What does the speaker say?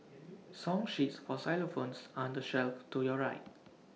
song sheets for xylophones are on the shelf to your right